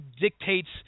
dictates